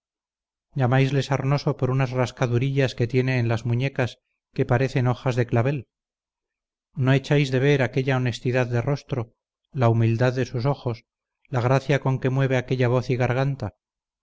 mozos llamáisle sarnoso por unas rascadurillas que tiene en las muñecas que parecen hojas de clavel no echáis de ver aquella honestidad de rostro la humildad de sus ojos la gracia con que mueve aquella voz y garganta